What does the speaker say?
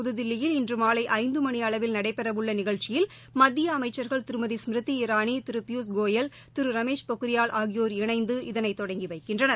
புதுதில்லியில் இன்றுமாலைஐந்துமணிஅளவில் நடைபெறவுள்ளநிகழ்ச்சியில் மத்தியஅமைச்சர்கள் திருமதி ஸ்மிருதி இரானி திருபியூஷ் கோயல் திருரமேஷ் பொக்ரியால் ஆகியோர் இணைந்து இதனைதொடங்கிவைக்கின்றனர்